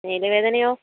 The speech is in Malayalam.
മെല് വേദനയോ